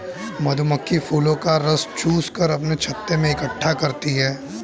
मधुमक्खी फूलों का रस चूस कर अपने छत्ते में इकट्ठा करती हैं